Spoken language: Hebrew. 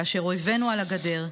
כאשר אויבינו על הגדר,